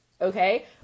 okay